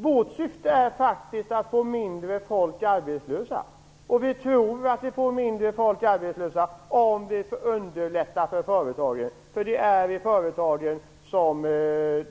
Vårt syfte är faktiskt att få färre arbetslösa, och vi tror att vi klarar det om vi underlättar för företagen, för det är där som